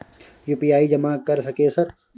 UPI जमा कर सके सर?